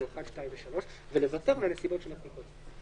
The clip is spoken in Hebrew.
בפסקאות (1) (3) ונוותר על "נסיבות שמצדיקות".